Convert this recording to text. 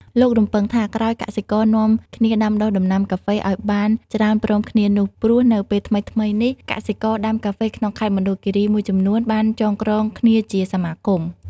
លោករំពឹងថា ក្រោយកសិករនាំគ្នាដាំដុះដំណាំការហ្វេឲ្យបានច្រើនព្រមគ្នានោះ ព្រោះនៅពេលថ្មីៗនេះ កសិករដាំការហ្វេក្នុងខេត្តមណ្ឌលគិរីមួយចំនួនបានចងក្រងគ្នាជាសមាគម។